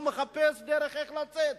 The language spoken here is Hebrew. הוא מחפש דרך איך לצאת.